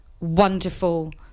wonderful